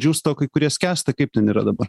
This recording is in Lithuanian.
džiūsta o kai kurie skęsta kaip ten yra dabar